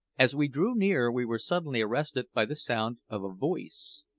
as we drew near we were suddenly arrested by the sound of a voice.